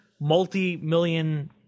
multi-million